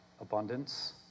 Abundance